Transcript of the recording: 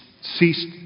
ceased